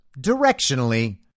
directionally